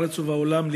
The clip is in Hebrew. בארץ ובעולם,